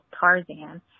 Tarzan